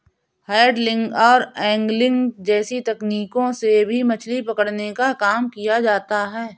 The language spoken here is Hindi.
हैंडलिंग और एन्गलिंग जैसी तकनीकों से भी मछली पकड़ने का काम किया जाता है